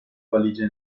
valige